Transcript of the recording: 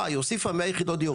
לא, כי אתה מביא אותי לזה.